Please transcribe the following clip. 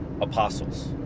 Apostles